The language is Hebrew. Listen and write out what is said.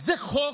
זה חוק?